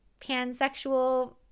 pansexual